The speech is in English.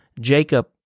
Jacob